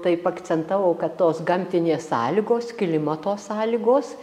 taip akcentavau kad tos gamtinės sąlygos klimato sąlygos